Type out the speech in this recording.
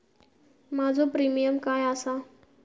माझो प्रीमियम काय आसा?